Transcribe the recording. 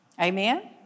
Amen